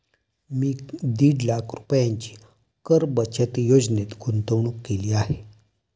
मी दीड लाख रुपयांची कर बचत योजनेत गुंतवणूक केली आहे